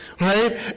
Right